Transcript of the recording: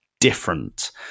different